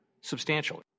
substantially